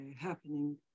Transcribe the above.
happening